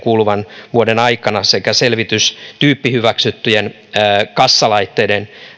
kuluvan vuoden aikana sekä selvitys tyyppihyväksyttyjen kassalaitteiden